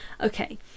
Okay